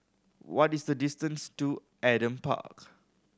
what is the distance to Adam Park